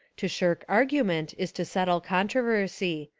to shirk argument is to settle controversy.